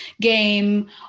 game